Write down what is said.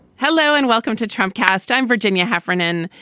hello and welcome to trump cast. i'm virginia heffernan.